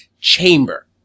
chamber